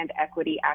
Equity